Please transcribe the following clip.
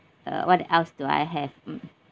uh what else do I have mm